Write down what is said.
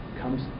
comes